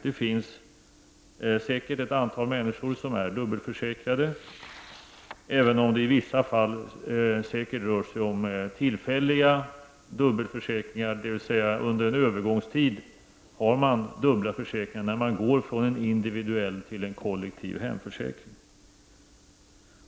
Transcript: Det finns säkert ett antal människor som är dubbelförsäkrade, även om det i vissa fall rör sig om tillfälliga dubbelförsäkringar, dvs. under en övergångstid är man dubbelförsäkrad då man går från en individuell till en kollektiv hemförsäkring.